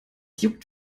juckt